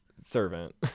servant